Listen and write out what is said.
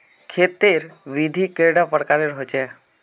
खेत तेर विधि कैडा प्रकारेर होचे?